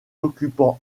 occupants